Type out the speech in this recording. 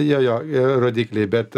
jo jo yra rodikliai bet